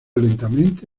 lentamente